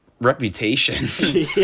reputation